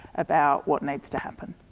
about what needs to happen.